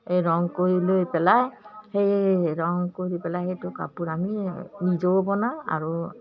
এই ৰং কৰি লৈ পেলাই সেইয়ে ৰং কৰি পেলাই সেইটো কাপোৰ আমি নিজেও বনাওঁ আৰু